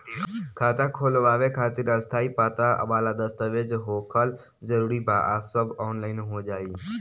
खाता खोलवावे खातिर स्थायी पता वाला दस्तावेज़ होखल जरूरी बा आ सब ऑनलाइन हो जाई?